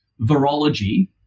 virology